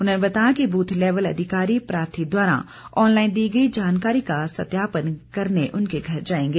उन्होंने बताया कि बूथ लेवल अधिकारी प्रार्थी द्वारा ऑनलाईन दी गई जानकारी का सत्यापन करने उनके घर जाएंगे